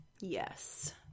yes